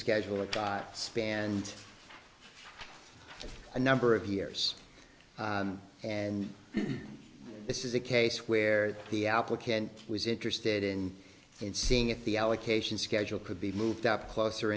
schedule a tie spanned a number of years and this is a case where the applicant was interested in seeing if the allocation schedule could be moved up closer